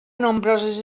nombroses